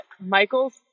michael's